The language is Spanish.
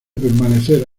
permanecer